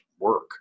work